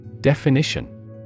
Definition